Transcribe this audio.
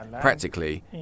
practically